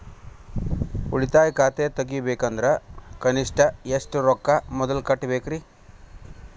ಉಳಿತಾಯ ಖಾತೆ ತೆಗಿಬೇಕಂದ್ರ ಕನಿಷ್ಟ ಎಷ್ಟು ರೊಕ್ಕ ಮೊದಲ ಕಟ್ಟಬೇಕ್ರಿ?